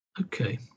Okay